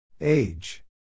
Age